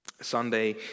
Sunday